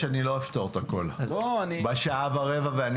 אין